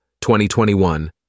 2021